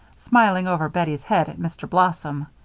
smiling over bettie's head at mr. blossom,